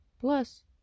Plus